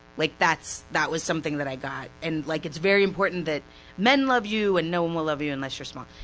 like that was something that i got. and like it's very important that men love you, and no one will love you unless you're small.